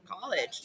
college